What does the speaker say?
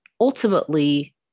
ultimately